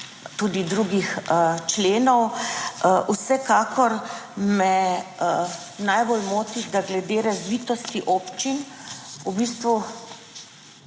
tudi drugih členov. Vsekakor me najbolj moti, da glede razvitosti občin v bistvu